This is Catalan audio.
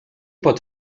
pot